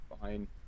Fine